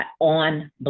on